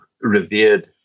revered